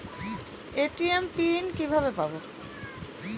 ATM PIN কিভাবে পাবো?